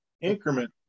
increment